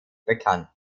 bekannt